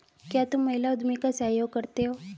क्या तुम महिला उद्यमी का सहयोग करते हो?